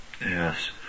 Yes